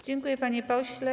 Dziękuję, panie pośle.